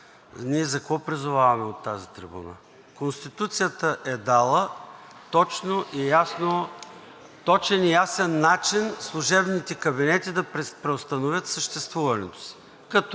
ние за какво призоваваме от тази трибуна?! Конституцията е дала точен и ясен начин служебните кабинети да преустановят съществуването си,